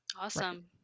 Awesome